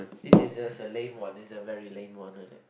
this is a lame one is a very lame one